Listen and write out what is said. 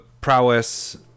prowess